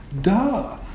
Duh